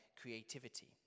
creativity